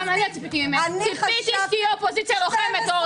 ציפיתי שתהיי אופוזיציה לוחמת.